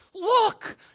Look